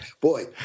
Boy